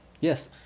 Yes